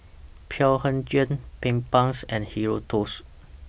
Blephagel Bedpans and Hirudoid's